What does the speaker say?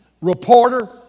reporter